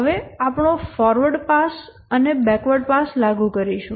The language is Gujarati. હવે આપણે આપણો ફોરવર્ડ પાસ અને બેકવર્ડ પાસ લાગુ કરીશું